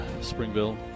Springville